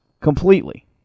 completely